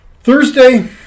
Thursday